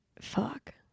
fuck